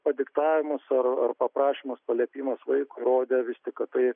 padiktavimas ar ar paprašymas paliepimas vaikui rodė vis tik kad tai